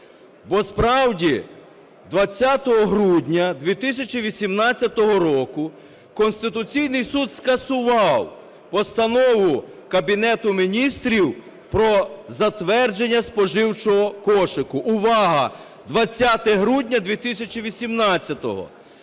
Бо справді 20 грудня 2018 року Конституційний Суд скасував Постанову Кабінету Міністрів про затвердження споживчого кошику. Увага, 20 грудня 2018-го!